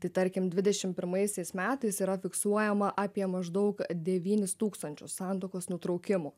tai tarkim dvidešim pirmaisiais metais yra fiksuojama apie maždaug devynis tūkstančius santuokos nutraukimų